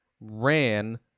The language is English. ran